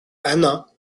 anna